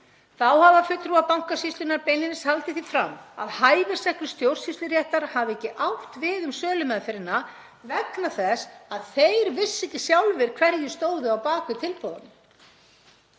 Þá hafa fulltrúar Bankasýslunnar beinlínis haldið því fram að hæfisreglur stjórnsýsluréttar hafi ekki átt við um sölumeðferðina vegna þess að þeir vissu ekki sjálfir hverjir stóðu á bak við tilboðin.